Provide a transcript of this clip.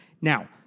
Now